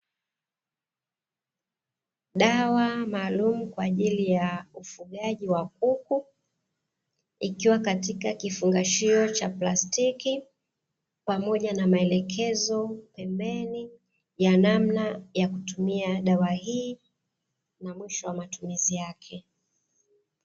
Dawa maalumu kwa ajili ya ufugaji wa kuku, ikiwa katika kifungashio cha plastiki pamoja na maelekezo pembeni ya namna ya kutumia dawa hii na mwisho wa matumizi yake.